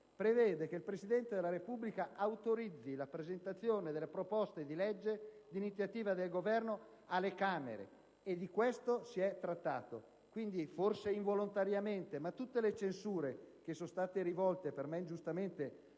prevede che il Presidente della Repubblica autorizzi la presentazione dei disegni di legge di iniziativa del Governo alle Camere: e di questo si è trattato. Quindi, forse involontariamente, tutte le censure rivolte, per me ingiustamente,